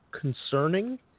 concerning